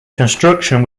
construction